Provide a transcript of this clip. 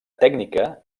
tècnica